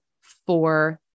four